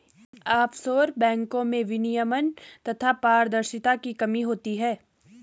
offshore बैंको में विनियमन तथा पारदर्शिता की कमी होती है